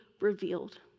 revealed